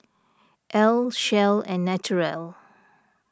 Elle Shell and Naturel